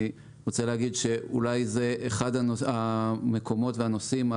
אני רוצה להגיד שאולי זה אחד המקומות והנושאים,